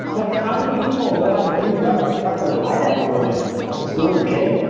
but how many people know how to do breath work properly? i never learned it in medical school. you kidding?